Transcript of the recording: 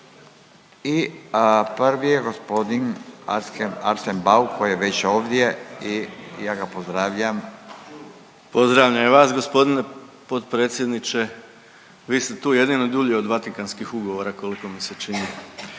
i prvi je gospodin Arsen Bauk koji je već ovdje i ja ga pozdravljam. **Bauk, Arsen (SDP)** Pozdravljam i ja vas gospodine potpredsjedniče. Vi ste tu jedini dulje od Vatikanskih ugovora koliko mi se čini.